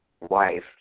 wife